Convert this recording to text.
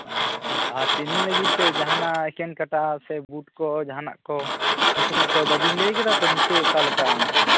ᱚ ᱟᱨ ᱛᱤᱦᱤᱧ ᱞᱟᱹᱜᱤᱫ ᱛᱮ ᱡᱟᱦᱟᱸᱱᱟᱜ ᱮᱠᱮᱱ ᱠᱟᱴᱟ ᱥᱮ ᱵᱩᱴ ᱠᱚ ᱡᱟᱦᱟᱸᱱᱟᱜ ᱠᱚ ᱩᱱ ᱥᱚᱢᱚᱭ ᱫᱚ ᱵᱟᱵᱤᱱ ᱞᱟᱹᱭ ᱟᱠᱟᱫᱟ ᱛᱚ ᱱᱤᱛᱚᱜ ᱚᱠᱟᱞᱮᱠᱟ ᱚᱱᱟᱠᱚᱫᱚ